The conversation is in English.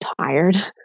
tired